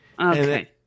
Okay